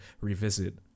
revisit